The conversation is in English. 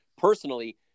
personally